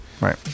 Right